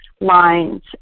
lines